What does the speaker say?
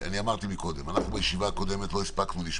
טל פז, משטרה.